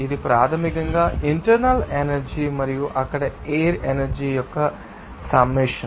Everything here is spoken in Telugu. ఇది ప్రాథమికంగా ఇంటర్నల్ ఎనర్జీ మరియు అక్కడి ఎయిర్ ఎనర్జీ యొక్క సమ్మేషన్